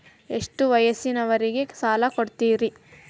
ಎಷ್ಟ ವಯಸ್ಸಿನವರಿಗೆ ಸಾಲ ಕೊಡ್ತಿರಿ?